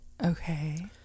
Okay